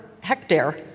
hectare